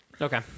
Okay